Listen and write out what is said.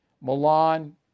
Milan